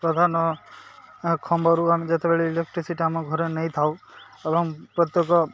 ପ୍ରଧାନ ଖମ୍ବରୁ ଆମେ ଯେତେବେଳେ ଇଲେକ୍ଟ୍ରିସିଟି ଆମ ଘରେ ନେଇ ଥାଉ ଏବଂ ପ୍ରତ୍ୟେକ